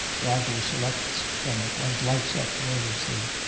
roger selects from it and lights up nervously.